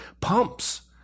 pumps